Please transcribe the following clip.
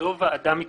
זו ועדה מקצועית,